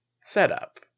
setup